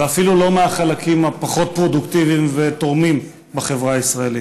ואפילו לא מהחלקים הפחות-פרודוקטיביים ותורמים בחברה הישראלית.